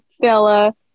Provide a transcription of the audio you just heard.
fella